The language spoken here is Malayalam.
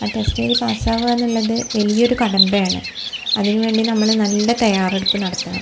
ആ ടെസ്റ്റെഴ്തി പാസ്സാവുകാന്നുള്ളത് വലിയൊരു കടമ്പയാണ് അതിന് വേണ്ടി നമ്മൾ നല്ല തയ്യാറെടുപ്പ് നടത്തണം